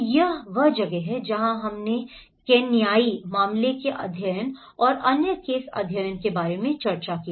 तो यह वह जगह है जहाँ हमने केन्याई मामले के अध्ययन और अन्य केस अध्ययनों के बारे में चर्चा की